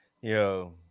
Yo